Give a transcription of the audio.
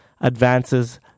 advances